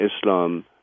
Islam